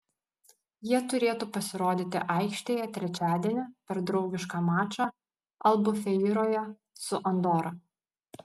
jie turėtų pasirodyti aikštėje trečiadienį per draugišką mačą albufeiroje su andora